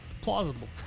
plausible